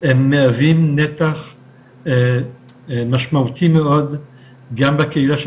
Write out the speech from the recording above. הם מהווים נתח משמעותי מאוד גם בקהילה של